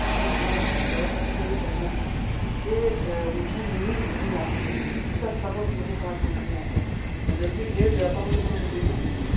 جی ہاں در اصل مجھے یہ کہنا تھا کہ مجھے نیند نہیں آتی جلدی اس کا سبب مجھے سمجھ میں نہیں آتا میں جلدی لیٹ جاتا ہوں لیکن مجھے نیند نہیں آتی